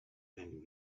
and